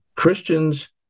Christians